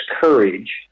courage